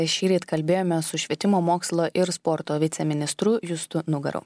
šįryt kalbėjome su švietimo mokslo ir sporto viceministru justu nugaru